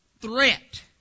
threat